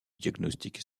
diagnostic